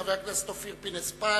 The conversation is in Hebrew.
חבר הכנסת אופיר פינס-פז,